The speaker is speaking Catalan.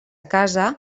casa